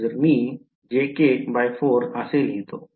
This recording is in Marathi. तर मी jk by 4 असे लिहितो